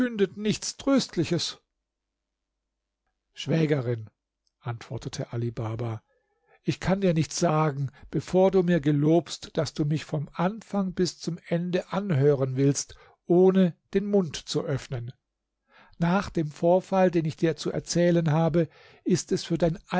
nichts tröstliches schwägerin antwortete ali baba ich kann dir nichts sagen bevor du mir gelobst daß du mich vom anfang bis zum ende anhören willst ohne den mund zu öffnen nach dem vorfall den ich dir zu erzählen habe ist es für dein